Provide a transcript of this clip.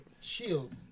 Shield